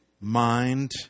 mind